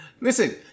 Listen